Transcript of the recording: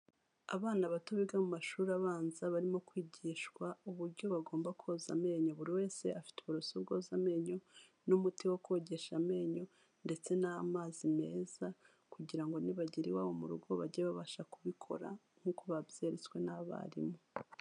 Abana bato biga mu mashuri abanza, barimo kwigishwa uburyo bagomba koza amenyo, buri wese afite uburoso bwoza amenyo n'umuti wo kogesha amenyo ndetse n'amazi meza kugira ngo nibagera iwabo mu rugo bajye babasha kubikora nk'uko babyeretswe n'abarimu.